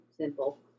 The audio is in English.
simple